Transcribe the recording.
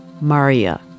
Maria